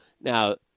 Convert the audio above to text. now